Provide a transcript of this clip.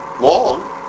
long